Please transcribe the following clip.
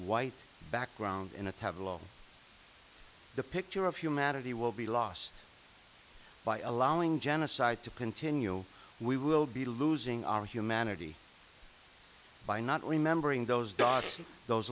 white background in a tabloid the picture of humanity will be lost by allowing genocide to continue we will be losing our humanity by not remembering those dots those